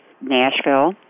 Nashville